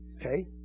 Okay